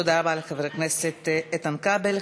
תודה רבה לחבר הכנסת איתן כבל.